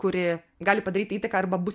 kuri gali padaryti įtaką arba bus